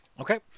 Okay